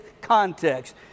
context